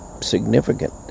significant